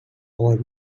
our